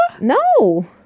no